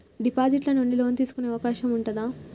Deposit ల నుండి loan తీసుకునే అవకాశం ఉంటదా?